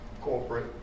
corporate